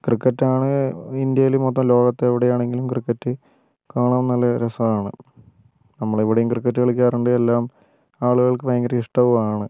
ക്രിക്കറ്റാണ് ഇന്ത്യയിൽ മൊത്തം ലോകത്തെവിടെ ആണെങ്കിലും ക്രിക്കറ്റ് കാണാൻ നല്ല രസമാണ് നമ്മളിവിടെയും ക്രിക്കറ്റ് കളിക്കാറുണ്ട് എല്ലാം ആളുകൾക്കും ഭയങ്കര ഇഷ്ടവുമാണ്